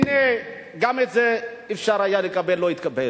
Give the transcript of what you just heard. הנה, גם את זה אפשר היה לקבל, לא התקבל.